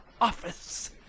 office